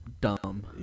dumb